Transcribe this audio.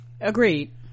agreed